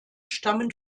stammen